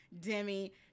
Demi